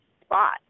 spot